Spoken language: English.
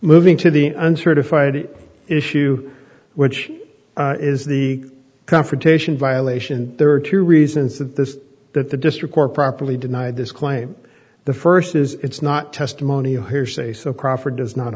moving to the uncertified issue which is the confrontation violation there are two reasons that this that the district court properly denied this claim the first is it's not testimony her say so crawford does not